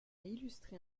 illustré